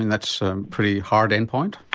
and that's a pretty hard end point.